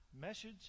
message